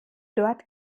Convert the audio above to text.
dort